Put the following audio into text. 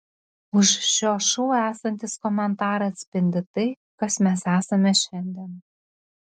už šio šou esantys komentarai atspindi tai kas mes esame šiandien